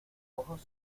ojos